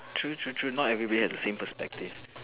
true true true not everybody has the same perspective